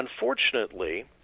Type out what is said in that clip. Unfortunately